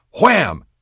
Wham